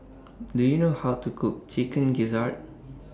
Do YOU know How to Cook Chicken Gizzard